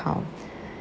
account